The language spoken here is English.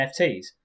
NFTs